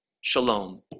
Shalom